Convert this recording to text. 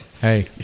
hey